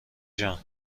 جان